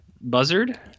buzzard